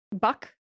buck